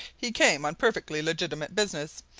he came on perfectly legitimate business.